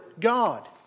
God